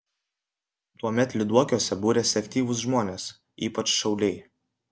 tuomet lyduokiuose būrėsi aktyvūs žmonės ypač šauliai